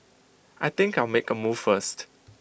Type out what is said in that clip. I think I'll make A move first